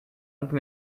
können